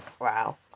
Wow